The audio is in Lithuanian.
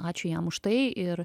ačiū jam už tai ir